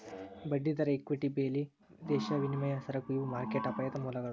ಬಡ್ಡಿದರ ಇಕ್ವಿಟಿ ಬೆಲಿ ವಿದೇಶಿ ವಿನಿಮಯ ಸರಕು ಇವು ಮಾರ್ಕೆಟ್ ಅಪಾಯದ ಮೂಲಗಳ